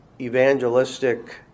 evangelistic